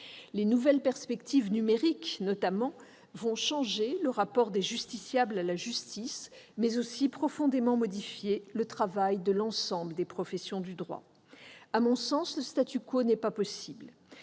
Les nouvelles perspectives numériques, notamment, changeront le rapport des justiciables à la justice, mais modifieront aussi profondément le travail de l'ensemble des professions du droit. À mon sens, le n'est pas possible.